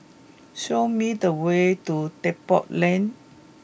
show me the way to Depot Lane